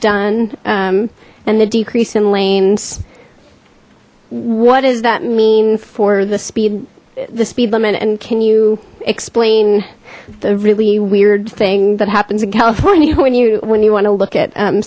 done and the decrease in lanes what does that mean for the speed the speed limit and can you explain the really weird thing that happens in california when you when you want to look at